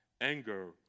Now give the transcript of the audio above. anger